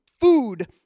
food